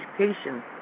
education